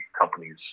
companies